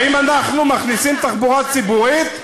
האם אנחנו מכניסים תחבורה ציבורית,